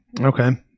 okay